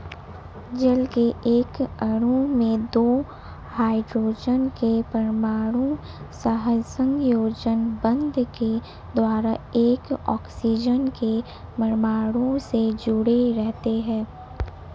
जल के एक अणु में दो हाइड्रोजन के परमाणु सहसंयोजक बंध के द्वारा एक ऑक्सीजन के परमाणु से जुडे़ रहते हैं